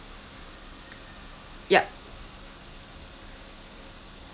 yup